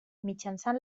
mitjançant